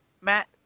Matt